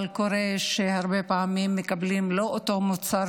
אבל קורה שהרבה פעמים מקבלים לא את אותו מוצר